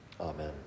amen